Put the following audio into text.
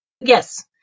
Yes